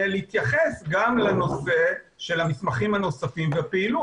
להתייחס גם לנושא של המסמכים הנוספים והפעילות.